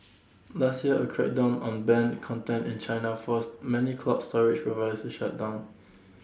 last year A crackdown on banned content in China forced many cloud storage providers to shut down